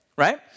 Right